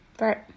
Right